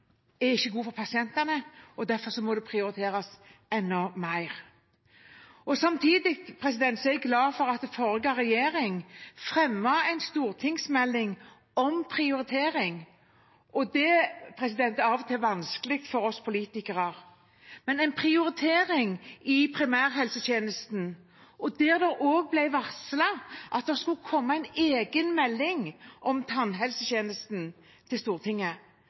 ikke er bra for pasientene, derfor må det prioriteres enda mer. Samtidig er jeg glad for at forrige regjering fremmet en stortingsmelding om prioritering – det er av og til vanskelig for oss politikere – i primærhelsetjenesten, der det også ble varslet at det skulle komme en egen melding om tannhelsetjenesten til Stortinget.